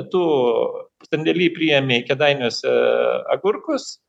tu sandėly priėmei kėdainiuose agurkus